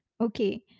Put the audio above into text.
Okay